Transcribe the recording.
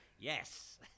yes